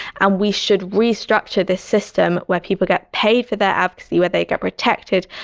and we should restructure this system where people get paid for their advocacy, where they get protected,